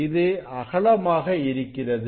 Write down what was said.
இது அகலமாக இருக்கிறது